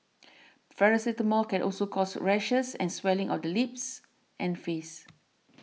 paracetamol can also cause rashes and swelling of the lips and face